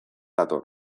dator